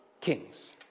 kings